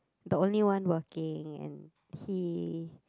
the only one working and he